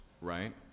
right